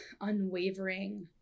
unwavering